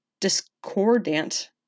discordant